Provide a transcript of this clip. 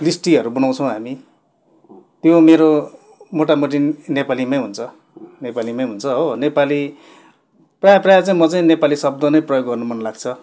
लिस्टीहरू बनाउँछौँ हामी त्यो मेरो मोटामोटी नेपालीमै हुन्छ नेपालीमै हुन्छ हो नेपाली प्रायः प्रायः चाहिँ म चाहिँ नेपाली शब्द नै प्रयोग गर्नु मन लाग्छ